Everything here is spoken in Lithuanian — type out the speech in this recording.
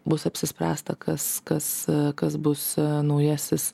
bus apsispręsta kas kas kas bus naujasis